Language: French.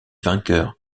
vainqueurs